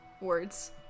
words